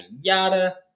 yada